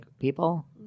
people